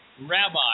rabbi